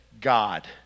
God